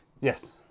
yes